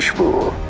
fool?